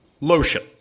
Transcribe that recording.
Lotion